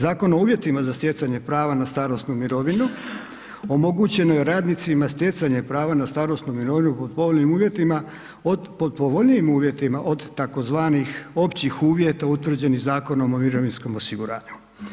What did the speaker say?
Zakon o uvjetima za stjecanje prava na starosnu mirovinu omogućeno je radnicima stjecanje prava na starosnu mirovinu po povoljnim uvjetima, od povoljnijim uvjetima od tzv. općih uvjeta utvrđenih Zakonom o mirovinskom osiguranju.